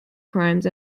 crimes